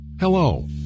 Hello